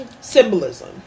symbolism